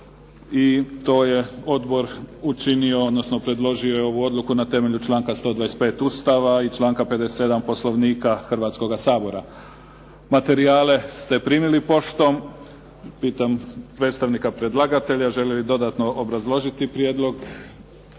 i to je odbor učinio odnosno predložio je ovu odluku na temelju članka 125. Ustava i članka 57. Poslovnika Hrvatskoga sabora. Materijale ste primili poštom. Pitam predstavnika predlagatelja želi li dodatno obrazložiti prijedlog.